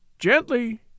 Gently